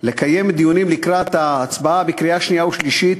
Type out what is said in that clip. לקיים דיונים לקראת ההצבעה בקריאה שנייה ושלישית